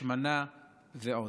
השמנה ועוד,